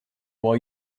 why